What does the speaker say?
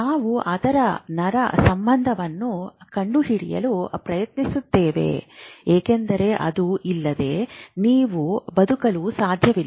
ನಾವು ಅದರ ನರ ಸಂಬಂಧವನ್ನು ಕಂಡುಹಿಡಿಯಲು ಪ್ರಯತ್ನಿಸುತ್ತಿದ್ದೇವೆ ಏಕೆಂದರೆ ಅದು ಇಲ್ಲದೆ ನೀವು ಬದುಕಲು ಸಾಧ್ಯವಿಲ್ಲ